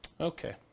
Okay